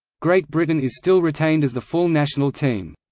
great britain is still retained as the full national team.